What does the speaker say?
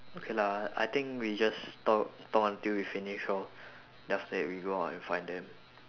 okay lah I think we just talk talk until we finish lor then after that we go out and find them